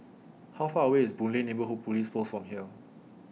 How Far away IS Boon Lay Neighbourhood Police Post from here